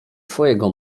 twojego